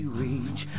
reach